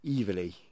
evilly